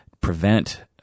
prevent